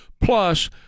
plus